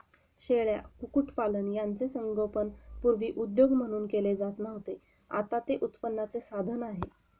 शेळ्या, कुक्कुटपालन यांचे संगोपन पूर्वी उद्योग म्हणून केले जात नव्हते, आता ते उत्पन्नाचे साधन आहे